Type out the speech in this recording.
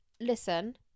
listen